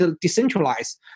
decentralized